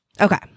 Okay